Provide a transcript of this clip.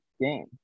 game